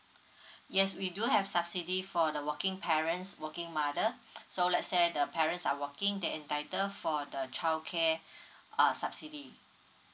yes we do have subsidy for the working parents working mother so let's say the parents are working they're entitle for the childcare err subsidy